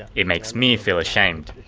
it makes me feel ashamed.